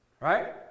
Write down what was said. Right